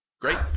great